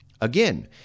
Again